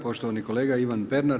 Poštovani kolega Ivan Pernar.